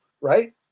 right